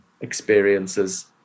experiences